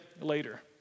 later